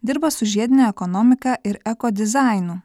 dirba su žiedine ekonomika ir eko dizainu